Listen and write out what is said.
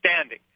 standing